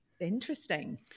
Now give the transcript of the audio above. interesting